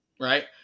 right